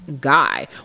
guy